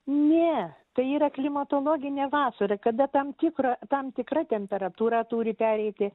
ne tai yra klimatologinė vasara kada tam tikrą tam tikra temperatūra turi pereiti